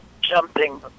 jumping